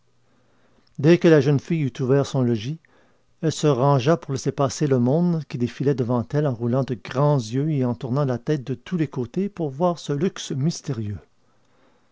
dès que la jeune fille eut ouvert son logis elle se rangea pour laisser passer le monde qui défilait devant elle en roulant de grands yeux et en tournant la tête de tous les côtés pour voir ce luxe mystérieux